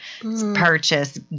purchase